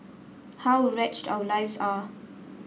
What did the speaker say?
how wretched our lives are